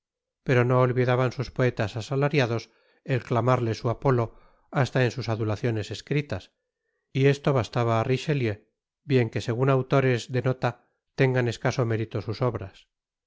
pero no otvidaban sus poetas asatariados et ctamarte su apoto hasta en sus adutaciones escritas y esto bastaba á riohetieu bien que segun autores de nota tengan escaso mérito sus obras